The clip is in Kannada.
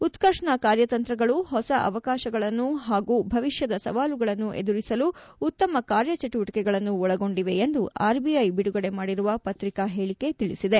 ಉತ್ತರ್ಷ್ನ ಕಾರ್ಯತಂತ್ರಗಳು ಹೊಸ ಅವಕಾಶಗಳನ್ನು ಹಾಗೂ ಭವಿಷ್ಯದ ಸವಾಲುಗಳನ್ನು ಎದುರಿಸಲು ಉತ್ತಮ ಕಾರ್ಯಚಟುವಟಿಕೆಗಳನ್ನು ಒಳಗೊಂಡಿವೆ ಎಂದು ಆರ್ಬಿಐ ಬಿಡುಗಡೆ ಮಾಡಿರುವ ಪ್ರತಿಕಾ ಹೇಳಿಕೆ ತಿಳಿಸಿದೆ